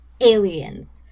aliens